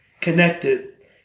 connected